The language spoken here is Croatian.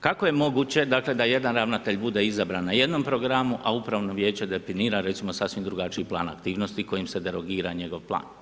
Kako je moguće dakle, da jedan ravnatelj bude izabran na jednom programu, a u upravno vijeće ga definira recimo sasvim drugačiji plan aktivnosti kojim se delogira njegov plan.